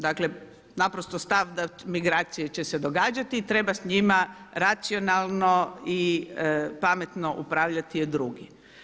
Dakle, naprosto stav da migracije će se događati i treba s njima racionalno i pametno upravljati je drugi.